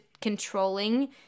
controlling